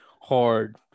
hard